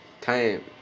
time